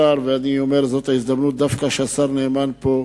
זאת הזדמנות, דווקא כשהשר נאמן פה,